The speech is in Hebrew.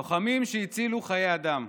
לוחמים שהצילו חיי אדם,